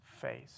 face